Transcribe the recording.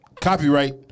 Copyright